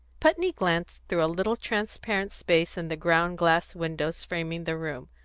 putney glanced through a little transparent space in the ground-glass windows framing the room,